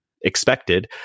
expected